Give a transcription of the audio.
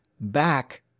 Back